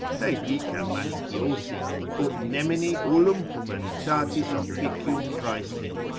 ne dicam maliciosi, ut nemini ullum humanitatis officium praestent,